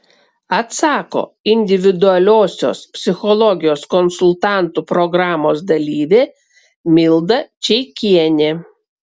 atsako individualiosios psichologijos konsultantų programos dalyvė milda čeikienė